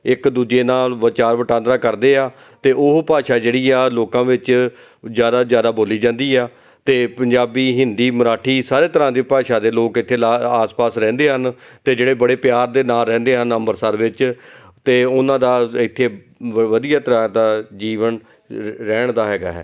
ਇੱਕ ਦੂਜੇ ਨਾਲ ਵਿਚਾਰ ਵਟਾਂਦਰਾ ਕਰਦੇ ਆ ਅਤੇ ਉਹ ਭਾਸ਼ਾ ਜਿਹੜੀ ਆ ਲੋਕਾਂ ਵਿੱਚ ਜ਼ਿਆਦਾ ਜ਼ਿਆਦਾ ਬੋਲੀ ਜਾਂਦੀ ਆ ਅਤੇ ਪੰਜਾਬੀ ਹਿੰਦੀ ਮਰਾਠੀ ਸਾਰੇ ਤਰ੍ਹਾਂ ਦੀ ਭਾਸ਼ਾ ਦੇ ਲੋਕ ਇੱਥੇ ਲਾ ਆਸ ਪਾਸ ਰਹਿੰਦੇ ਹਨ ਅਤੇ ਜਿਹੜੇ ਬੜੇ ਪਿਆਰ ਦੇ ਨਾਲ ਰਹਿੰਦੇ ਹਨ ਅੰਮ੍ਰਿਤਸਰ ਵਿੱਚ ਅਤੇ ਉਹਨਾਂ ਦਾ ਇੱਥੇ ਵ ਵਧੀਆ ਤਰ੍ਹਾਂ ਦਾ ਜੀਵਨ ਰ ਰਹਿਣ ਦਾ ਹੈਗਾ ਹੈ